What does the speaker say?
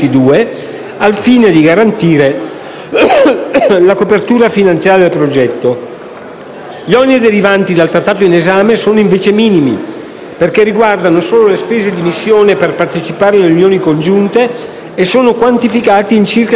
la copertura finanziaria del progetto. Gli oneri derivanti dal trattato in esame sono invece minimi, perché riguardano solo le spese di missione per partecipare alla riunioni congiunte, e sono quantificati in circa 7.500 euro annui.